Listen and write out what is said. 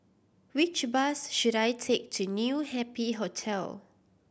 which bus should I take to New Happy Hotel